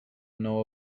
know